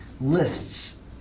lists